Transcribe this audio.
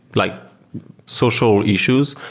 like social issues.